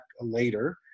later